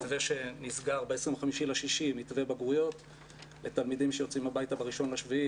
מתווה בגרויות שנסגר ב-25 ליוני לתלמידים שיוצאים הביתה ב-1 ליולי,